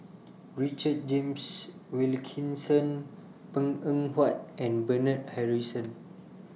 Richard James Wilkinson Png Eng Huat and Bernard Harrison